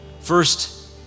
First